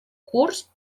curs